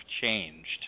changed